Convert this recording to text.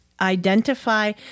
identify